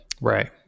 Right